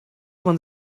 man